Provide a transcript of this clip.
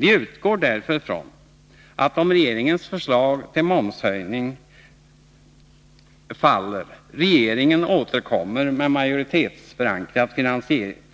Vi utgår därför från att regeringen, om regeringens förslag till momshöjning faller, återkommer med ett majoritetsförankrat